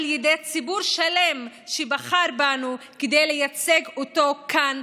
ידי ציבור שלם שבחר בנו כדי לייצג אותו כאן,